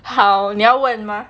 好要问 mah